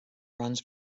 runs